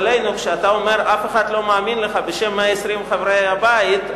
כשאתה אומר "אף אחד לא מאמין לך" בשם 120 חברי הבית,